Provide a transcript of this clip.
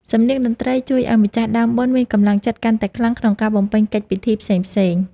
សំនៀងតន្ត្រីជួយឱ្យម្ចាស់ដើមបុណ្យ មានកម្លាំងចិត្តកាន់តែខ្លាំងក្នុងការបំពេញកិច្ចពិធីផ្សេងៗ។